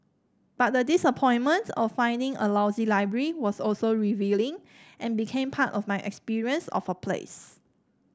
but the disappointment of finding a lousy library was also revealing and became part of my experience of a place